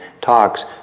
talks